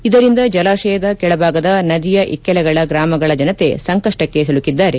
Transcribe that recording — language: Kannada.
ಇದರಿಂದ ಜಲಾಶಯದ ಕೆಳಭಾಗದ ನದಿ ಇಕ್ಕೆಲಗಳ ಗ್ರಾಮಗಳ ಜನತೆ ಸಂಕಷ್ಷಕ್ಕೆ ಸಿಲುಕಿದ್ದಾರೆ